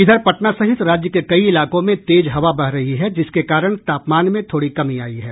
इधर पटना सहित राज्य के कई इलाकों में तेज हवा बह रही है जिसके कारण तापमान में थोड़ी कमी आयी है